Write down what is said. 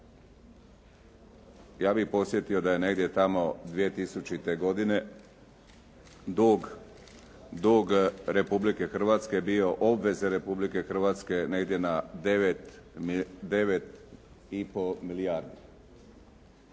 Ja bih podsjetio da je negdje tamo 2000. godine dug Republike Hrvatske bio, obveze Republike Hrvatske negdje na 9,5 milijardi.